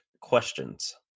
questions